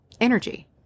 energy